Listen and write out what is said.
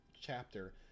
chapter